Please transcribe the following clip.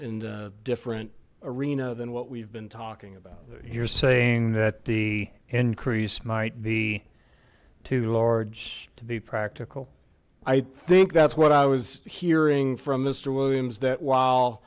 different arena than what we've been talking about here saying that the encrease might be too large to be practical i think that's what i was hearing from mr williams that while